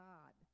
God